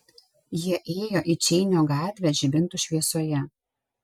jie ėjo į čeinio gatvę žibintų šviesoje